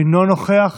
אינו נוכח.